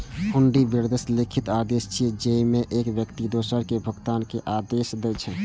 हुंडी बेशर्त लिखित आदेश छियै, जेइमे एक व्यक्ति दोसर कें भुगतान के आदेश दै छै